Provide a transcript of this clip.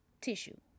tissue